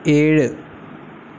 ഏഴ്